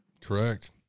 Correct